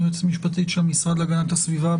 היועצת המשפטית של המשרד להגנת הסביבה,